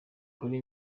kuri